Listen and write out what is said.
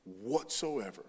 whatsoever